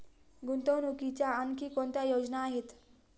गुंतवणुकीच्या आणखी कोणत्या योजना आहेत?